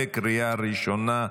בקריאה ראשונה,